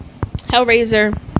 Hellraiser